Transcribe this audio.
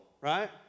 right